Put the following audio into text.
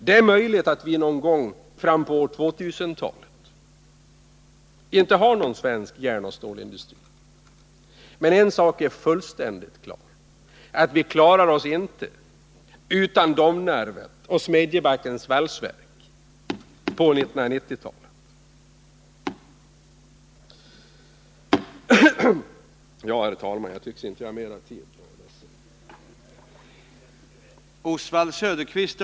Det är möjligt att vi någon gång fram på 2000-talet inte har någon svensk järnoch stålindustri. Men en sak är fullständigt uppenbar, nämligen att vi på 1990-talet inte klarar oss utan Domnarvet och Smedjebackens valsverk. Herr talman! Jag tycks nu inte ha mera tid till mitt förfogande.